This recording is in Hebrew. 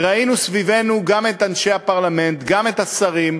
וראינו סביבנו גם את אנשי הפרלמנט, גם את השרים,